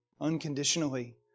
unconditionally